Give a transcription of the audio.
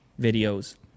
videos